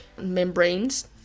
membranes